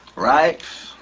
right?